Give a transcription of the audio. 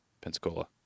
Pensacola